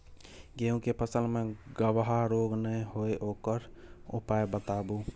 गेहूँ के फसल मे गबहा रोग नय होय ओकर उपाय बताबू?